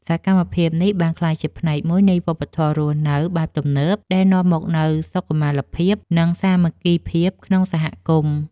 សកម្មភាពនេះបានក្លាយជាផ្នែកមួយនៃវប្បធម៌រស់នៅបែបទំនើបដែលនាំមកនូវសុខុមាលភាព និងសាមគ្គីភាពក្នុងសហគមន៍។